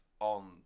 on